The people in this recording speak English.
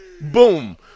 boom